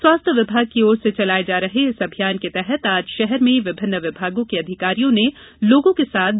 स्वास्थ्य विभाग की ओर से चलाए जा रहे इस अभियान के तहत आज शहर में विभिन्न विभागों के अधिकारियों ने लोगों के साथ दौड़ लगाई